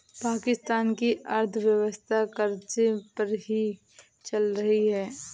पाकिस्तान की अर्थव्यवस्था कर्ज़े पर ही चल रही है